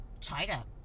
China